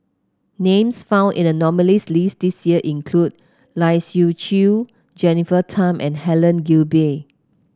names found in the nominees' list this year include Lai Siu Chiu Jennifer Tham and Helen Gilbey